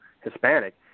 Hispanic